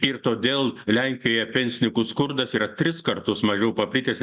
ir todėl lenkijoje pensininkų skurdas yra tris kartus mažiau paplitęs